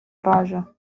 roja